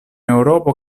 eŭropo